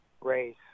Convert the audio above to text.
race